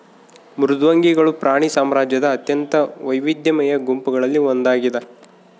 ಮೃದ್ವಂಗಿಗಳು ಪ್ರಾಣಿ ಸಾಮ್ರಾಜ್ಯದ ಅತ್ಯಂತ ವೈವಿಧ್ಯಮಯ ಗುಂಪುಗಳಲ್ಲಿ ಒಂದಾಗಿದ